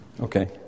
okay